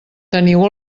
teniu